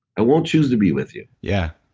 i won't choose to be with you yeah.